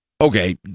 Okay